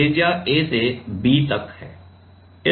त्रिज्या a से b तक है